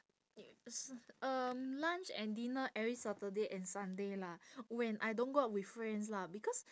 s~ um lunch and dinner every saturday and sunday lah when I don't go out with friends lah because